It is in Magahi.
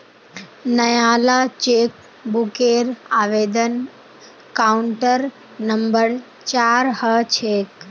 नयाला चेकबूकेर आवेदन काउंटर नंबर चार ह छेक